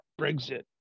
Brexit